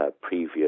previous